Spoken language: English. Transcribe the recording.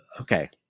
Okay